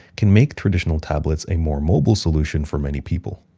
can make traditional tablets a more mobile solution for many people.